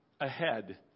ahead